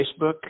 Facebook